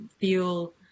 feel